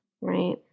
Right